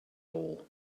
all